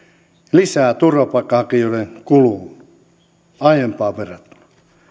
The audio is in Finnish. lisää turvapaikanhakijoiden kuluun aiempaan verrattuna